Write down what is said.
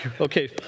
Okay